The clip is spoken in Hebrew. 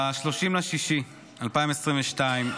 ב-30 ביוני 2022,